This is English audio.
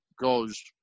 goes